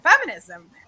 feminism